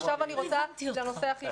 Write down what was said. עכשיו אני רוצה להגיע לנושא הכי